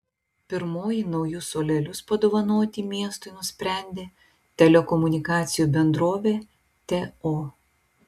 pirmoji naujus suolelius padovanoti miestui nusprendė telekomunikacijų bendrovė teo